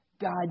God